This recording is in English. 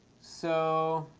so.